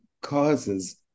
causes